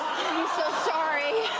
so sorry.